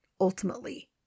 Ultimately